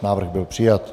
Návrh byl přijat.